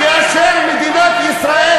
כאשר מדינת ישראל